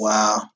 Wow